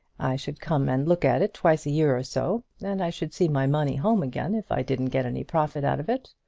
i should come and look at it twice a year or so, and i should see my money home again, if i didn't get any profit out of it.